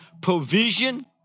provision